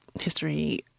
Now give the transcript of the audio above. history